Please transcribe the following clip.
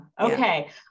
Okay